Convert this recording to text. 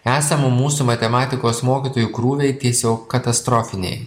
esamų mūsų matematikos mokytojų krūviai tiesiog katastrofiniai